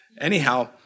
Anyhow